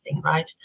right